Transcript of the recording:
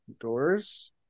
Doors